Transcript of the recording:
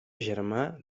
germà